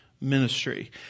ministry